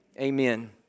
amen